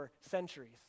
centuries